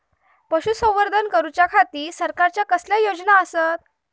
पशुसंवर्धन करूच्या खाती सरकारच्या कसल्या योजना आसत?